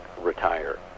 retire